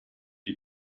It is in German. die